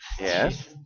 Yes